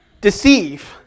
deceive